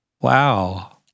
Wow